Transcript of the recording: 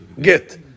Get